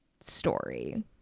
story